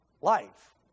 life